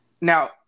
Now